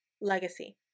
legacy